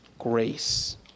grace